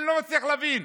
אני לא מצליח להבין.